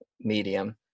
medium